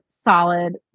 solid